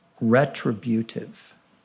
Retributive